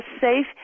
safe